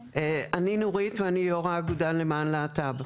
אני נורית שיין ואני יושבת הראש של האגודה למען הלהט"ב.